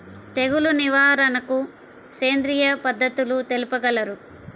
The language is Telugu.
తెగులు నివారణకు సేంద్రియ పద్ధతులు తెలుపగలరు?